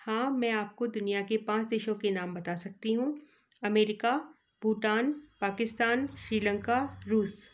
हाँ मैं आपको दुनिया के पाँच देशों के नाम बता सकती हूँ अमेरिका भूटान पकिस्तान श्री लंका रुस